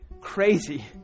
crazy